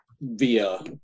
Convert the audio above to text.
via